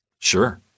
Sure